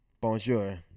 Bonjour